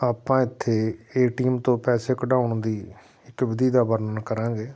ਆਪਾਂ ਇੱਥੇ ਏਟੀਐੱਮ ਤੋਂ ਪੈਸੇ ਕਢਾਉਣ ਦੀ ਇੱਕ ਵਿਧੀ ਦਾ ਵਰਨਣ ਕਰਾਂਗੇ